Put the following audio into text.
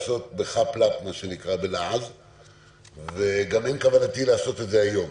בחאפ-לאפ וגם אין כוונתי לעשות זאת היום.